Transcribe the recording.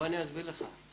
בוא אני אסביר לך,